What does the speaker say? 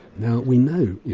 now we know, yeah